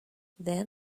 then